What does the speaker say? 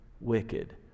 wicked